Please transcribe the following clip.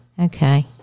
Okay